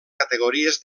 categories